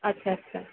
আচ্ছা আচ্ছা